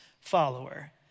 follower